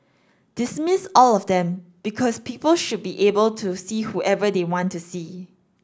dismiss all of them because people should be able to see whoever they want to see